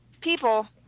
People